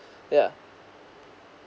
yeah